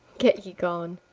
get ye gone.